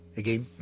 again